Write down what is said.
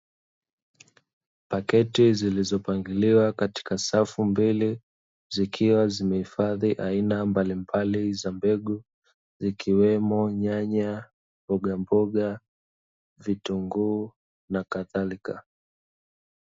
Paketi zilizopangiliwa katika safu mbili, zikiwa zimehifadhi aina mbalimbali za mbegu, zikiwemo nyanya, mbogamboga, vitunguu na kadhalika.